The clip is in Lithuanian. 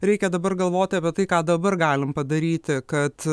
reikia dabar galvoti apie tai ką dabar galim padaryti kad